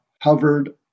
hovered